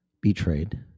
betrayed